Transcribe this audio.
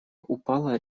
упала